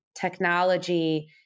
technology